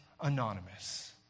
Anonymous